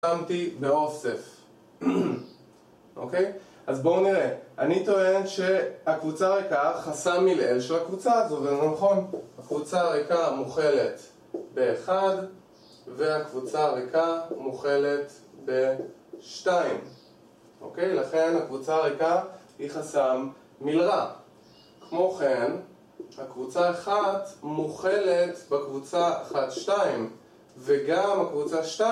שמתי באוסף אוקיי? אז בואו נראה. אני טוען שהקבוצה ריקה חסם מלעיל של הקבוצה, זה אומר נכון הקבוצה ריקה מוכלת ב-1 והקבוצה ריקה מוכלת ב-2 אוקיי? לכן הקבוצה ריקה היא חסם מלרע כמו כן, הקבוצה 1 מוכלת בקבוצה 1-2 וגם הקבוצה 2